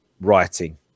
writing